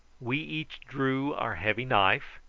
we each drew our heavy knife,